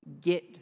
get